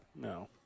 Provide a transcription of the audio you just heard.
No